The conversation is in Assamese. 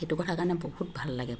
সেইটো কথাৰ কাৰণে বহুত ভাল লাগে